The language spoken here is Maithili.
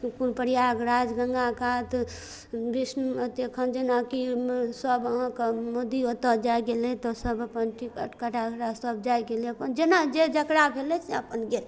कोन प्रयागराज गंगा कात विष्णु अथी एखन जेनाकि सब अहाँके मोदी ओतऽ जाइ गेलै तऽ सब अपन टिकट कटा कटा सब जाइ गेलै अपन जेना जे जकरा भेलै से अपन गेलै